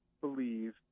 believe